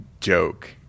joke